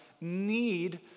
need